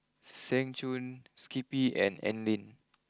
Seng Choon Skippy and Anlene